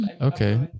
Okay